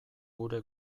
gure